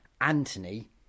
Anthony